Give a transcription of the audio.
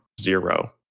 Zero